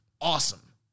Awesome